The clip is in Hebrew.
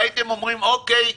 והייתם אומרים: אוקיי,